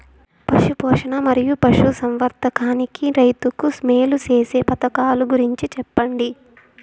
పశు పోషణ మరియు పశు సంవర్థకానికి రైతుకు మేలు సేసే పథకాలు గురించి చెప్పండి?